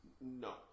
No